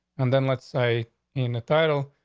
and then let's say in the title,